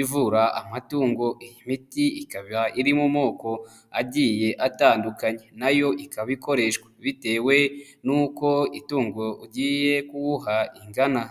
ivura amatungo iyi miti ikaba iri mu moko agiye atandukanye, nayo ikaba ikoreshwa bitewe n'uko itungo ugiye kuwuha ringana.